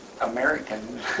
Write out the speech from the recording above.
American